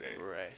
Right